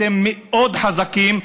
אתם מאוד חזקים,